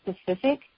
specific